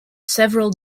several